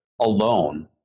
alone